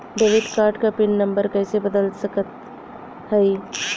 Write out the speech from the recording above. Debit card क PIN number कइसे बदल सकत हई?